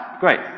Great